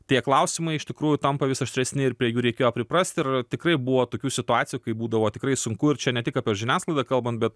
tie klausimai iš tikrųjų tampa vis aštresni ir prie jų reikėjo priprasti ir tikrai buvo tokių situacijų kai būdavo tikrai sunku ir čia ne tik apie žiniasklaidą kalbant bet